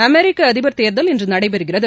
அமெரிக்க அதிபர் தேர்தல் இன்று நடைபெறுகிறது